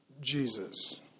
Jesus